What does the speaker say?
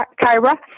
Kyra